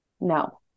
no